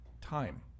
time